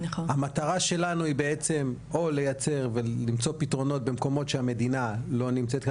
המטרה שלנו היא או לייצר ולמצוא פתרונות במקומות שהמדינה לא נמצאת,